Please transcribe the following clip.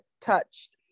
touched